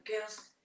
girls